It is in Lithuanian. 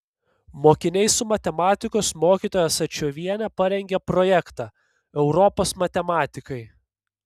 mokiniai su matematikos mokytoja asačioviene parengė projektą europos matematikai